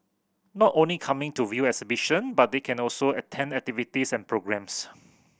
not only coming to view exhibition but they can also attend activities and programmes